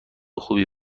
خوبی